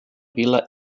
vila